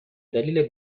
دلیل